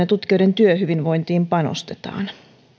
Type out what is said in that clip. tutkijoiden työhyvinvointiin panostetaan